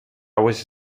was